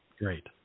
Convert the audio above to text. Great